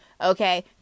okay